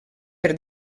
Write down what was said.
per